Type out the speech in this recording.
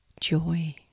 joy